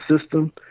system